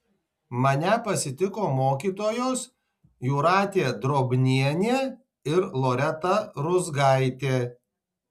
mane pasitiko mokytojos jūratė drobnienė ir loreta ruzgaitė